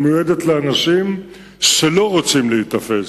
היא מיועדת לאנשים שלא רוצים להיתפס.